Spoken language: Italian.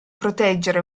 proteggere